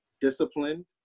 disciplined